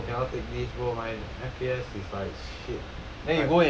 cannot bro cannot take leave bro my F_P_S is like shit